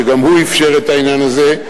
שגם הוא אפשר את העניין הזה.